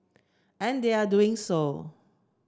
and they are doing so